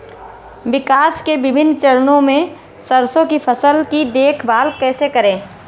विकास के विभिन्न चरणों में सरसों की फसल की देखभाल कैसे करें?